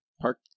park